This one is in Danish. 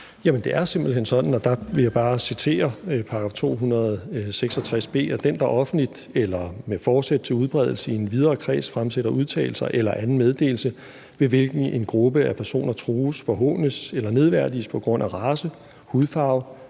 Hækkerup): Jamen her vil jeg bare citere § 266 b: »Den, der offentligt eller med forsæt til udbredelse i en videre kreds fremsætter udtalelse eller anden meddelelse, ved hvilken en gruppe af personer trues, forhånes eller nedværdiges på grund af sin race, hudfarve,